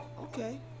okay